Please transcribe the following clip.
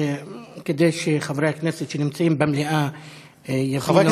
כדי שחברי כנסת שנמצאים במליאה יבינו,